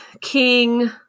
King